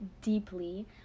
deeply